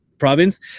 province